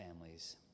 families